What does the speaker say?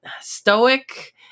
stoic